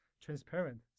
transparent